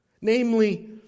namely